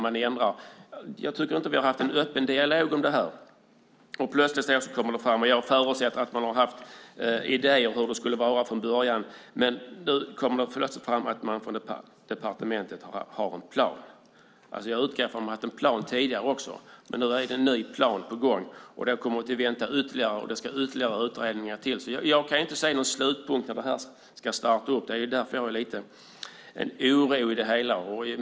Jag tycker inte att vi har haft en öppen dialog om det här. Jag förutsätter att man har haft idéer om hur det skulle vara från början. Men nu kommer det också fram att man från departementet har en plan. Jag utgår från att man har haft en plan också tidigare, men nu är det en ny plan på gång. Då kommer man att få vänta ytterligare, och det ska till ytterligare utredningar. Jag kan inte se någon punkt när det här ska starta. Det är därför jag känner lite oro.